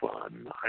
fun